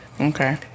Okay